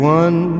one